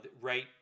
right